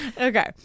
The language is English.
Okay